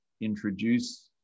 introduce